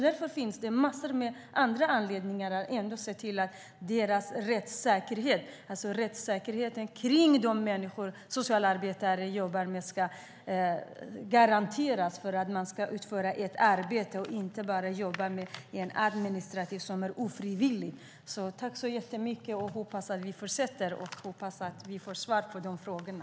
Därför finns det massor av andra anledningar att se till att rättssäkerheten kring de människor socialarbetare jobbar med ska garanteras för att man ska utföra ett arbete och inte bara jobba med administration, vilket är ofrivilligt. Jag tackar så mycket, och jag hoppas att vi fortsätter och får svar på frågorna.